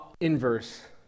inverse